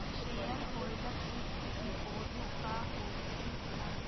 Shareholder fix deposit का होखे ला?